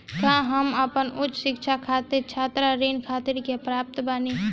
का हम अपन उच्च शिक्षा खातिर छात्र ऋण खातिर के पात्र बानी?